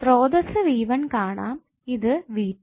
സ്രോതസ്സ് v1 കാണാം ഇത് v2